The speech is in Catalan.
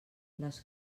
les